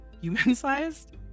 human-sized